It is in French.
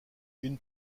une